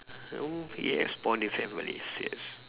mm yes bond with families yes